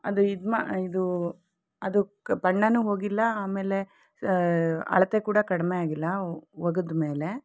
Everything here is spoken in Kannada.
ಅದು ಇದು ಮಾ ಇದು ಅದಕ್ಕೆ ಬಣ್ಣವೂ ಹೋಗಿಲ್ಲ ಆಮೇಲೆ ಅಳತೆ ಕೂಡ ಕಡಿಮೆ ಆಗಿಲ್ಲ ಒಗೆದ ಮೇಲೆ